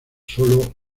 sólo